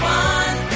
one